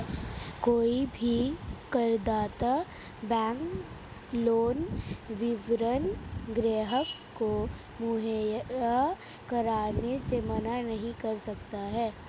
कोई भी करदाता बैंक लोन विवरण ग्राहक को मुहैया कराने से मना नहीं कर सकता है